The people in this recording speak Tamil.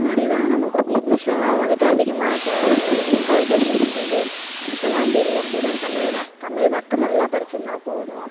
முன்னாடிதானே நமக்கு வந்து இங்கிலீஷில்லாம் வந்துவிட்டு அதிகமாக ச கால்குலேஷன் இப்போலாம் அப்படி இல்லை வெறும் தமிழ்தான் தமிழ் மட்டும் நல்லா படிச்சிருந்தால் போதும்